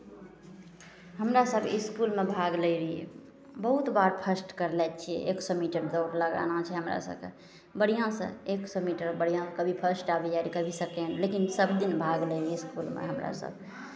हमरा सभ इसकुलमे भाग लैत रहियै बहुत बार फस्ट करने छियै एक सए मीटर दौड़ लगाना छै हमरा सभकेँ बढ़िआँसँ एक सए मीटर बढ़िआँ कभी फस्ट अबियै आर कभी सेकेण्ड लेकिन सभदिन भाग लैत रहियै इसकुलमे हमरासभ